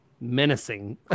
menacing